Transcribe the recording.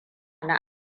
na